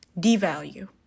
devalue